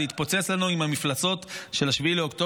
זה התפוצץ לנו עם המפלצות של 7 באוקטובר.